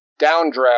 downdraft